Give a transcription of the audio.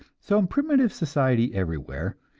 so in primitive society everywhere,